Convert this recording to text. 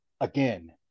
Again